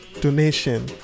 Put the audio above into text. donation